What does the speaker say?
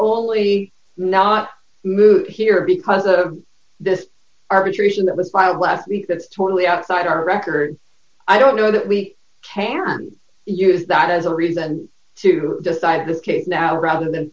only not moot here because of this arbitration that was filed last week that is totally outside our record i don't know that we can use that as a reason to decide this case now rather than